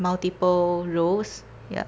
multiple roles ya